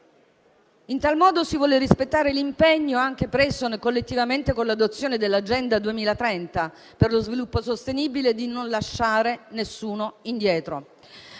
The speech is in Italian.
In tal modo, si vuole rispettare l'impegno, preso anche collettivamente, con l'adozione dell'Agenda 2030 per lo sviluppo sostenibile, di non lasciare nessuno indietro.